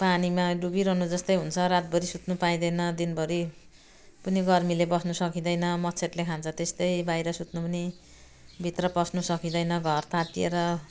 पानीमा डुबिरहनु जस्तै हुन्छ रातभरि सुत्नु पाइँदैन दिनभरि पनि गर्मीले बस्नु सकिँदैन मच्छरले खान्छ त्यस्तै बाहिर सुत्नु पनि भित्र पस्नु सकिँदैन घर तातिएर